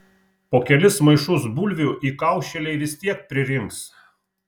po kelis maišus bulvių įkaušėliai vis tiek pririnks